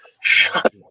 shut